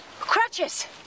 Crutches